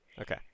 Okay